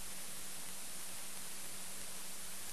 בקשתה, וידעתי